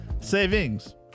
Savings